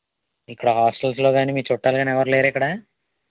ఇక్కడ హాస్టల్స్లో కానీ మీ చుట్టాలు కానీ ఎవరు లేరా ఇక్కడా